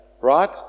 right